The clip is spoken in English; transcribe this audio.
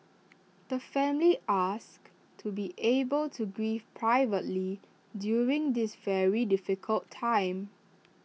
the family asks to be able to grieve privately during this very difficult time